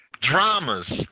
dramas